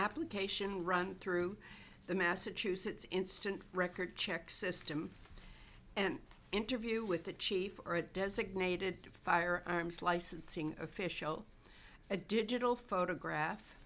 application run through the massachusetts instant records check system and interview with the chief or a designated firearms licensing official a digital photograph